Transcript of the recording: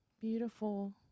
Beautiful